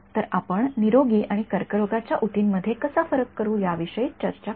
तर आपण निरोगी आणि कर्करोगाच्या ऊतींमध्ये कसा फरक करू याविषयी चर्चा करू